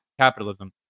capitalism